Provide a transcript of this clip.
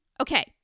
Okay